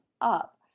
up